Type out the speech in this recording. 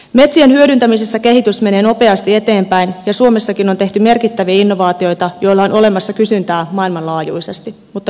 metsien hyödyntämisessä kehitys menee nopeasti eteenpäin ja suomessakin on tehty merkittäviä innovaatioita joilla on olemassa kysyntää maailmanlaajuisesti mutta ymmärrämmekö sen itse